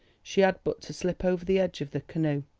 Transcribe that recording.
she had but to slip over the edge of the canoe,